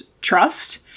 trust